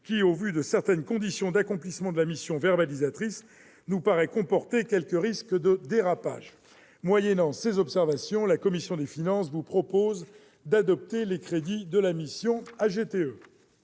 qui, au vu de certaines conditions d'accomplissement de la mission verbalisatrice, nous paraît comporter quelques risques de dérapage. Moyennant ces observations, mes chers collègues, la commission des finances vous propose d'adopter les crédits de la mission «